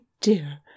dear